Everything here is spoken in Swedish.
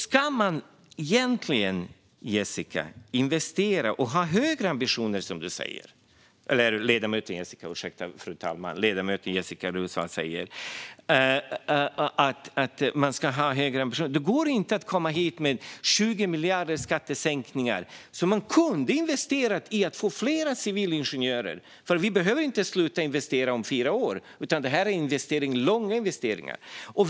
Ska man investera och ha högre ambitioner, som ledamoten Jessika Roswall säger, går det inte att komma hit med 20 miljarder i skattesänkningar, som man kunde ha investerat i att få fler civilingenjörer. Vi kan inte sluta investera om fyra år, utan detta är investeringar under lång tid.